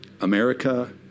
America